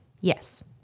Yes